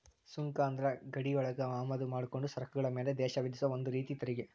ಸುಂಕ ಅಂದ್ರ ಗಡಿಯೊಳಗ ಆಮದ ಮಾಡ್ಕೊಂಡ ಸರಕುಗಳ ಮ್ಯಾಲೆ ದೇಶ ವಿಧಿಸೊ ಒಂದ ರೇತಿ ತೆರಿಗಿ